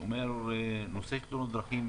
נושא תאונות דרכים,